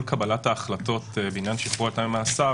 קבלת ההחלטות בעניין שחרור על תנאי ממאסר.